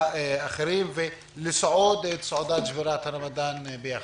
אחרים ולסעוד את סעודת שבירת הצום ביחד.